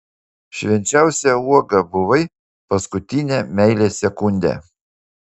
švenčiausia uoga buvai paskutinę meilės sekundę